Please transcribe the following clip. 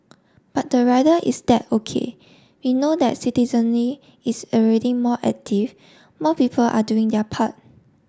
but the rider is that O K we know that citizenry is already more active more people are doing their part